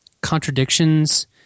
contradictions